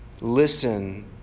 Listen